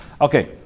Okay